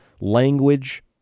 language